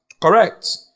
Correct